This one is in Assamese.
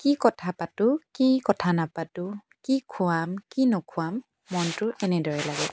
কি কথা পাতোঁ কি কথা নাপাতোঁ কি খুৱাম কি নুখুৱাম মনটো এনেদৰে লাগে